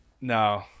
No